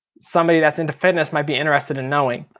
somebody that's into fitness might be interested in knowing.